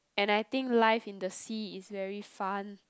and I think life in the sea is very fun